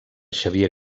xavier